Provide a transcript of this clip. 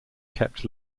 kept